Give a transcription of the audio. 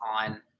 on